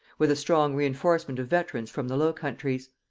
with a strong reinforcement of veterans from the low countries.